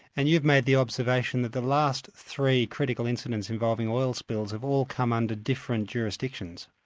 and you've made the observation that the last three critical incidents involving oil spills have all come under different jurisdictions.